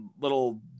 little